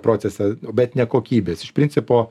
procesą bet ne kokybės iš principo